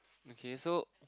okay so